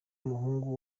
umuhungu